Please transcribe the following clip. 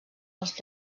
als